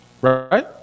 Right